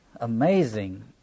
amazing